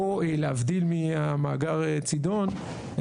להבדיל ממאגר צידון,